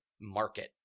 market